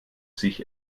sich